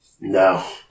No